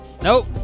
Nope